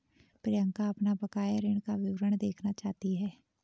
प्रियंका अपना बकाया ऋण का विवरण देखना चाहती है